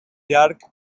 llarg